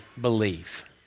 believe